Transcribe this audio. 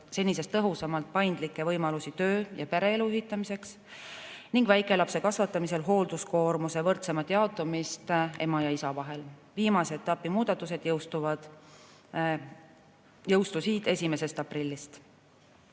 senisest tõhusamalt paindlikke võimalusi töö- ja pereelu ühitamiseks ning väikelapse kasvatamisel hoolduskoormuse võrdsemat jaotamist ema ja isa vahel. Viimase etapi muudatused jõustusid 1. aprillil.